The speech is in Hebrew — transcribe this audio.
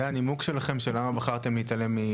זה הנימוק שלכם של למה בחרתם להתעלם?